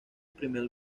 primer